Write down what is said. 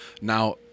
Now